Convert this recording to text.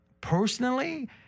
Personally